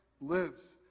lives